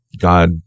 God